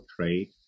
trade